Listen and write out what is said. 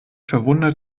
verwundert